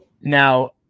now